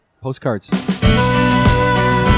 postcards